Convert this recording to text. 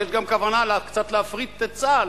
יש גם כוונה קצת להפריט את צה"ל,